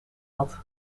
had